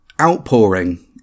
outpouring